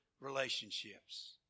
relationships